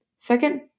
Second